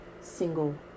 single